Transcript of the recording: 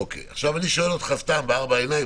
אני שואל אותך ב"ארבע עיניים",